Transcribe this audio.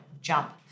jump